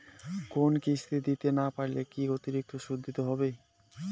কোনো কিস্তি দিতে না পারলে কি অতিরিক্ত সুদ দিতে হবে?